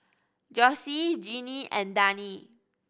Jossie Genie and Dani